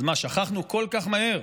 אז מה, שכחנו כל כך מהר?